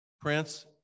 Prince